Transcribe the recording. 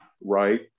right